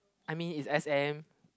I mean is S_M